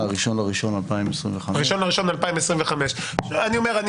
ה- 1.1.2025. ה- 1.1.2025. אני אומר אני